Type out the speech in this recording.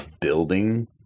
building